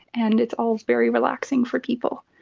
and it's all very relaxing for people.